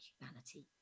humanity